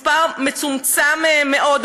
מספר מצומצם מאוד,